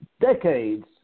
decades